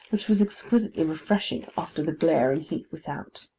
which was exquisitely refreshing after the glare and heat without.